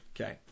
Okay